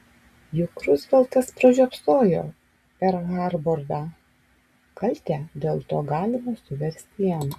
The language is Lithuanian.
juk ruzveltas pražiopsojo perl harborą kaltę dėl to galima suversti jam